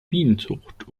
bienenzucht